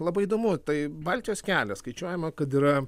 labai įdomu tai baltijos kelias skaičiuojama kad yra